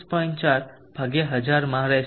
4 1000 માં રહેશે